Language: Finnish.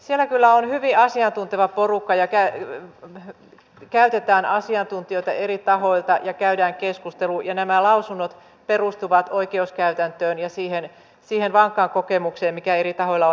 siellä on kyllä hyvin asiantunteva porukka ja käytetään asiantuntijoita eri tahoilta ja käydään keskustelua ja nämä lausunnot perustuvat oikeuskäytäntöön ja siihen vankkaan kokemukseen mikä eri tahoilla on